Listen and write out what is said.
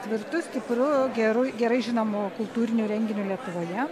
tvirtu stipru geru gerai žinomu kultūriniu renginiu lietuvoje